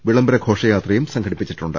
വിളംബര ഘോഷയാത്രയും സംഘടിപ്പി ച്ചിട്ടുണ്ട്